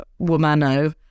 womano